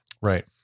Right